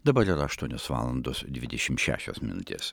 dabar yra aštuonios valandos dvidešim šešios minutės